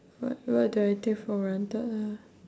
what what do I take for granted ah